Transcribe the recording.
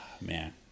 man